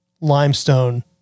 limestone